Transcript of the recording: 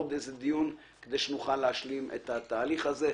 לעוד איזה דיון שנוכל להשלים את התהליך הזה.